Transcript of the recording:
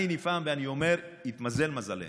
אני נפעם ואני אומר: התמזל מזלנו.